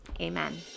amen